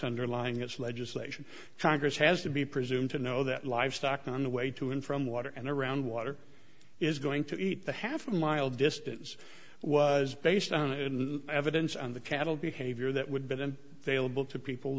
underlying its legislation congress has to be presume to know that livestock on the way to and from water and around water is going to eat the half mile distance was based on the evidence on the cattle behavior that would be then they'll bill to people